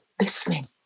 listening